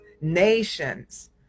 nations